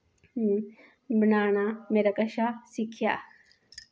बनाना मेरे कशा सिक्खेआ